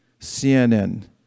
CNN